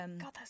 god